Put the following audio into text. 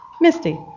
Misty